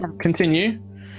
Continue